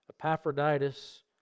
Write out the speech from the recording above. Epaphroditus